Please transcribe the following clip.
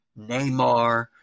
Neymar